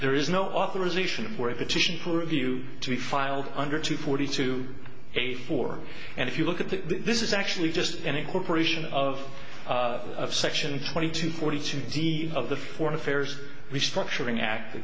there is no authorization where the titian review to be filed under two forty two eighty four and if you look at the this is actually just in a corporation of section twenty two forty two d of the foreign affairs restructuring act